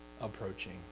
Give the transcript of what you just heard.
approaching